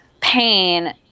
pain